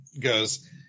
goes